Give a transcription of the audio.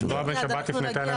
נעה בן שבת הפנתה אלינו.